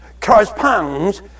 corresponds